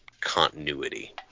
continuity